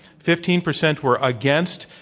fifteen percent were against,